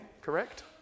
correct